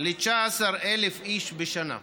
ל-19,000 איש בשנה.